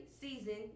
season